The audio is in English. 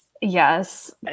yes